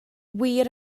wir